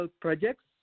projects